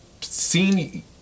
seen